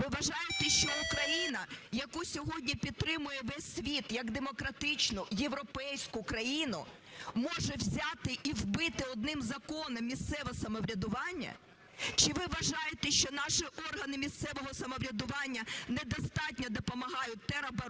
Ви вважаєте, що Україна, яку сьогодні підтримує весь світ як демократичну європейську країну, може взяти і вбити одним законом місцеве самоврядування? Чи ви вважаєте, що наші органи місцевого самоврядування недостатньо допомагають теробороні,